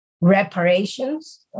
reparations